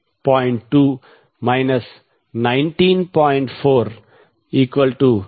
905cos 229